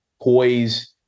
poise